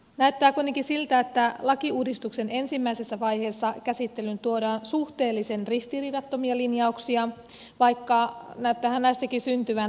näyttää kuitenkin siltä että lakiuudistuksen ensimmäisessä vaiheessa käsittelyyn tuodaan suhteellisen ristiriidattomia linjauksia vaikka näyttäähän näistäkin syntyvän erimielisyyksiä